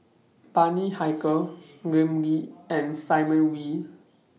Bani Haykal Lim Lee and Simon Wee